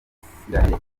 isiraheli